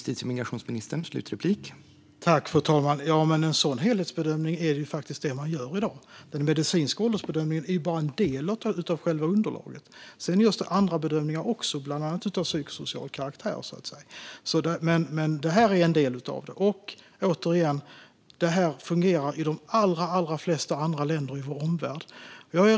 Herr talman! En sådan helhetsbedömning är faktiskt vad man gör i dag. Den medicinska åldersbedömningen är bara en del av själva underlaget. Det görs andra bedömningar också, bland annat av psykosocial karaktär. Men det är en del. Jag säger återigen att det här fungerar i de allra flesta länder i vår omvärld.